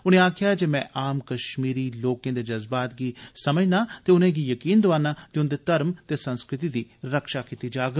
उने आक्खेया जे मैं आम कश्मीरी लोकें दे जजबात गी समझना ते उनेंगी यकीन दोआना जे उन्दे धर्म ते संस्कृति दी रक्षा कीती जाग